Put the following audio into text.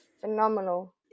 phenomenal